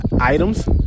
items